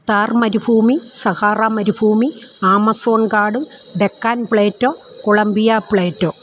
താര് മരുഭൂമി സഹാറ മരുഭൂമി ആമസോണ് കാട് ഡെക്കാന് പ്ലേറ്റോ കൊളംബിയ പ്ലേറ്റോ